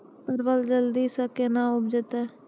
परवल जल्दी से के ना उपजाते?